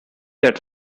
that